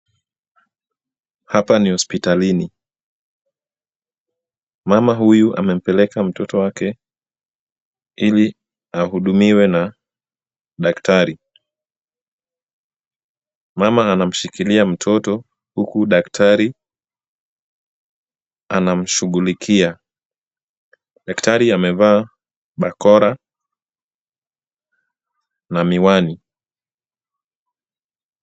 Hapa ni hospitalini. Mama huyu amempeleka mtoto wake ili ahudumiwe na daktari. Mama anamshikilia mtoto huku daktari anamshughulikia. Daktari amevaa barakoa na miwani.